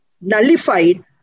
nullified